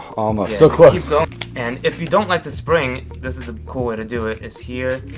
almost, so close! ah and if you don't like to spring, this is a cool way to do it, it's here,